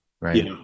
right